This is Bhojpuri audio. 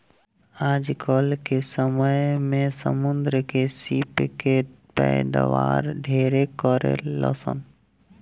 आजकल के समय में समुंद्र में सीप के पैदावार ढेरे करेलसन